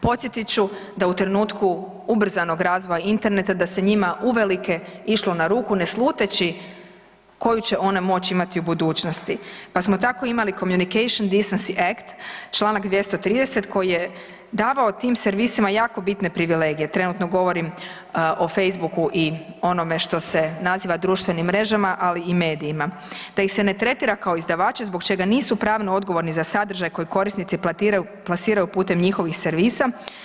Podsjetit ću da u trenutku ubrzanog razvoja interneta, da se njima uvelike išlo na ruku ne sluteći koju će one moć imati u budućnosti, pa smo tako imali Communications Decency Act, čl. 230 koji je davao tim servisima jako bitne privilegije, trenutno govorim o Facebooku i onome što se naziva društvenim mrežama, ali i medijima, da ih se ne tretira kao izdavače zbog čega nisu pravno odgovorni za sadržaj koji korisnici plasiraju putem njihovih servisa.